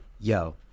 Yo